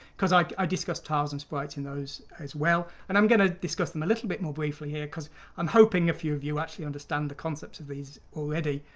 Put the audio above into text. because like i discussed tiles and sprites in those as well and i'm going to discuss them a little bit more breifly here because i'm hoping a few of you actually understand the concepts of these already!